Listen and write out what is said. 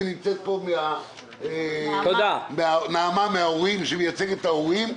ונמצאת פה נעמה נציגת ההורים,